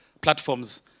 platforms